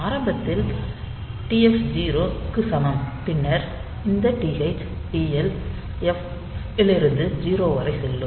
ஆரம்பத்தில் TF 0 க்கு சமம் பின்னர் இந்த TH TL f இலிருந்து 0 வரை செல்லும்